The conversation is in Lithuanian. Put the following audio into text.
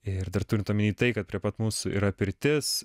ir dar turint omeny tai kad prie pat mūsų yra pirtis